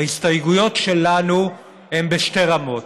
ההסתייגויות שלנו הן בשתי רמות: